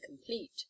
complete